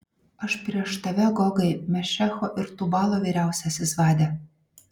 aš prieš tave gogai mešecho ir tubalo vyriausiasis vade